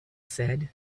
said